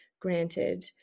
granted